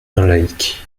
laïc